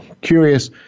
Curious